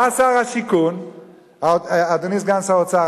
בא שר השיכון, אדוני סגן שר האוצר,